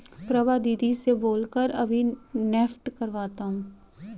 प्रभा दीदी से बोल कर अभी नेफ्ट करवाता हूं